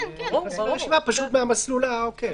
פשוט במסלול העוקף.